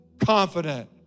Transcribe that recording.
confident